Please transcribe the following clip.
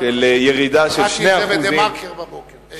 אני אומר לך שקראתי את זה ב"דה-מרקר" בבוקר.